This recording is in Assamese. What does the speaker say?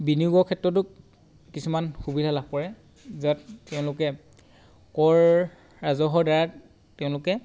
বিনিয়োগৰ ক্ষেত্ৰতো কিছুমান সুবিধা লাভ কৰে য'ত তেওঁলোকে কৰ ৰাজহৰ দ্বাৰা তেওঁলোকে